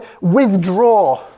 withdraw